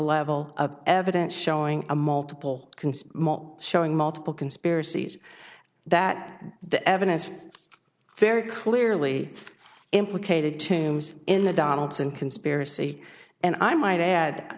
level of evidence showing a multiple can smoke showing multiple conspiracies that the evidence very clearly implicated tombs in the donaldson conspiracy and i might add